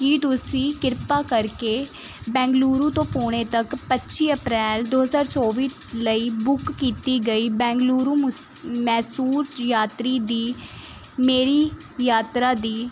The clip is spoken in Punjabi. ਕੀ ਤੁਸੀਂ ਕਿਰਪਾ ਕਰਕੇ ਬੈਂਗਲੂਰੂ ਤੋਂ ਪੂਣੇ ਤੱਕ ਪੱਚੀ ਅਪ੍ਰੈਲ ਦੋ ਹਜ਼ਾਰ ਚੌਵੀ ਲਈ ਬੁੱਕ ਕੀਤੀ ਗਈ ਬੈਂਗਲੂਰੂ ਮੈਸੂਰ ਯਾਤਰੀ ਦੀ ਮੇਰੀ ਯਾਤਰਾ ਦੀ